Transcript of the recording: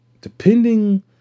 depending